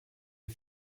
les